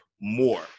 more